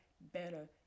better